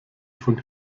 von